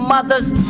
Mother's